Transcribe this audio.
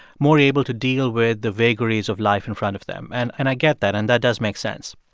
more able to deal with the vagaries of life in front of them. and and i get that, and that does make sense.